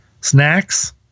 snacks